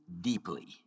deeply